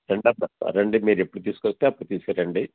రండమ్మా రండి మీరు ఎప్పుడు తీసుకొస్తే అప్పుడు తీసుకు రండి